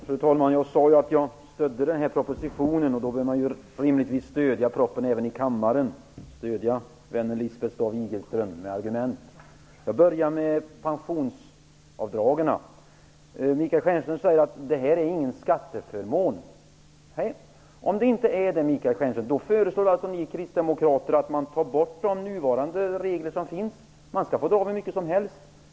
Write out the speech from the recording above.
Fru talman! Jag sade att jag stödde den här propositionen. Då bör man ju rimligtvis även stödja den i kammaren och stödja vännen Lisbeth Staaf-Igelström med argument. Jag börjar med pensionsavdragen. Michael Stjernström säger att detta inte är en skatteförmån. Om det inte är det, Michael Stjernström, föreslår alltså ni kristdemokrater att man tar bort de nuvarande regler som finns. Man skall få dra av hur mycket som helst.